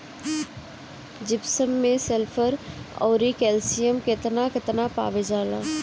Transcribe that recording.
Gypsum मैं sulphur औरी calcium कितना कितना पावल जाला?